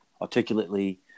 articulately